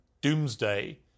doomsday